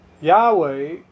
Yahweh